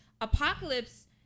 Apocalypse